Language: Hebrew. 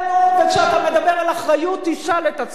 וכשאתה מדבר על אחריות תשאל את עצמך,